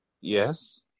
Yes